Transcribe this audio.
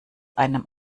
einem